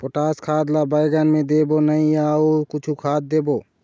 Potash खाद ला बैंगन मे देबो नई या अऊ कुछू खाद देबो?